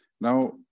Now